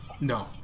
No